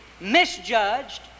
misjudged